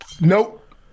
Nope